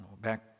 Back